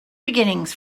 beginnings